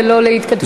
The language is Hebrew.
ולא בהתכתבויות.